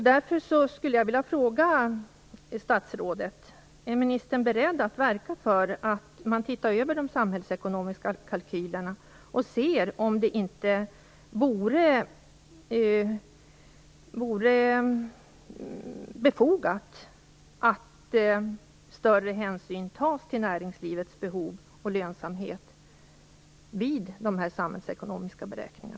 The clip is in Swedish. Jag skulle vilja fråga statsrådet: Är ministern beredd att verka för att man ser över de samhällsekonomiska kalkylerna i syfte att konstatera om det är befogat att ta större hänsyn till näringslivets behov och lönsamhet i dessa beräkningar?